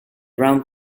brown